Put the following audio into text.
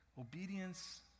Obedience